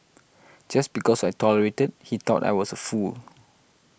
just because I tolerated he thought I was a fool